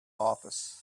office